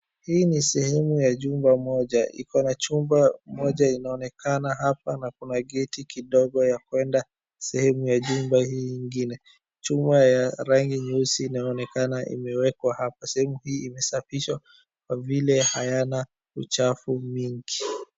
Hii ni sehemu ya jumba moja. Iko na chumba moja inaonekana hapa na kuna geti kidogo ya kuenda sehemu ya jumba hii ingine. Chuma ya rangi nyeusi inaonekana imewekwa hapa. Sehemu hii imesafishwa kwa vile hayana uchafu mingi.